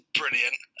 brilliant